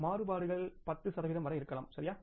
மாறுபாடுகள் 10 சதவிகிதம் வரை இருக்கலாம் சரியா